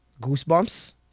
Goosebumps